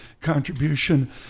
contribution